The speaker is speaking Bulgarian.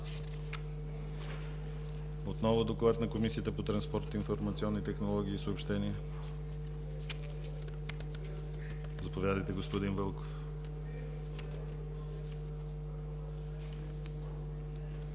Отново доклад на Комисията по транспорт, информационни технологии и съобщения. Заповядайте, господин Вълков.